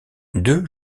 deux